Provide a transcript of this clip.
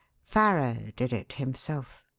farrow did it himself.